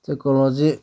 technology